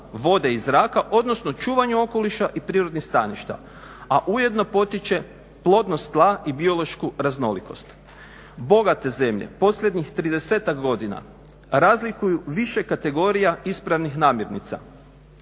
vode i zraka, odnosno čuvanju okoliša i prirodnih staništa, a ujedno potiče plodnost tla i biološku raznolikost. Bogate zemlje posljednjih 30-tak godina razlikuju više kategorija ispravnih namirnica.